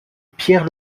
pierre